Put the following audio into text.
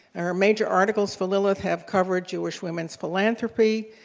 our major articles for lilith have covered jewish women's philanthropy,